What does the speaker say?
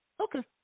okay